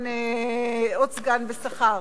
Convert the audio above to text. בשכר.